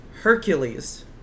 Hercules